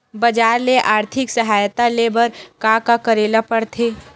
बजार ले आर्थिक सहायता ले बर का का करे ल पड़थे?